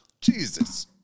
Jesus